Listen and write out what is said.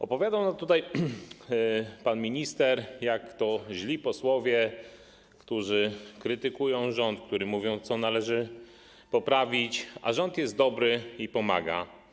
Opowiadał nam tutaj pan minister, że są źli posłowie, którzy krytykują rząd, którzy mówią, co należy poprawić, a rząd jest dobry i pomaga.